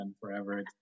forever